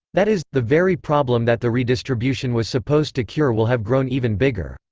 that is, the very problem that the redistribution was supposed to cure will have grown even bigger.